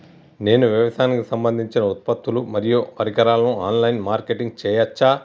నేను వ్యవసాయానికి సంబంధించిన ఉత్పత్తులు మరియు పరికరాలు ఆన్ లైన్ మార్కెటింగ్ చేయచ్చా?